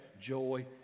joy